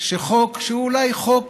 שחוק שהוא אולי חוק